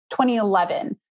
2011